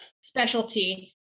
specialty